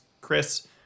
Chris